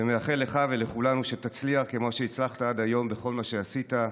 ומאחל לך ולכולנו שכמו שהצלחת עד היום בכל מה שעשית,